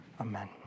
Amen